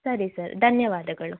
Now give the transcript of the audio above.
ಸರಿ ಸರ್ ಧನ್ಯವಾದಗಳು